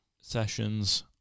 sessions